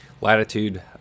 Latitude